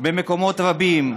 במקומות רבים,